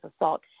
assault